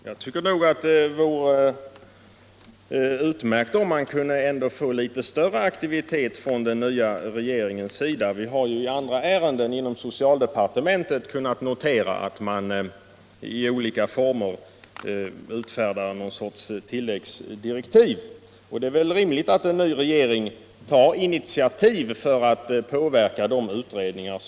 Herr talman! Jag tycker att det vore utmärkt om man i detta falt kunde få litet större aktivitet från den nya regeringens sida. Vi har i andra ärenden inom socialdepartementet kunnat notera att man i olika former utfärdar någon sorts tilläggsdirektiv. Det är väl rimligt att en ny regering tar initiativ för att påverka sittande utredningar.